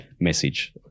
message